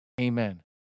Amen